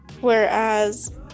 Whereas